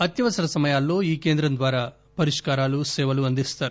అత్యవసర సమయాల్లో ఈ కేంద్రం ద్యారా పరిష్కారాలు సేవలందిస్తారు